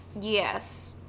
Yes